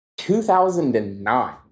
2009